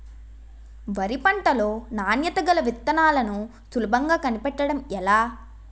వరి పంట లో నాణ్యత గల విత్తనాలను సులభంగా కనిపెట్టడం ఎలా?